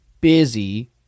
busy